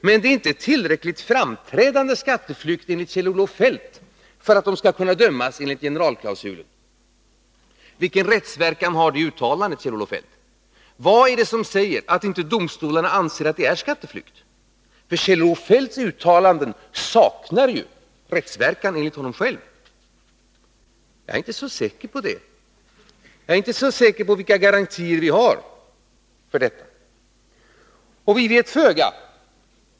Men det är enligt Kjell-Olof Feldt inte en skatteflykt som är tillräckligt framträdande för att de skall kunna dömas enligt generalklausulen. Vilken rättsverkan har detta uttalande, Kjell-Olof Feldt? Vad är det som säger att inte domstolarna anser att det är skatteflykt? Kjell-Olof Feldts uttalanden saknar rättsverkan enligt honom själv, men jag är inte så säker på det. Jag är inte så säker på att vi har några garantier för detta.